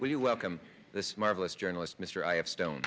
you welcome this marvelous journalist mr i have stone